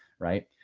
right?